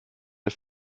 der